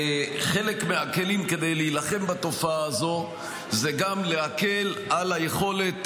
חלק מהכלים כדי להילחם בתופעה הזו זה גם להקל את היכולת